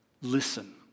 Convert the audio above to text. listen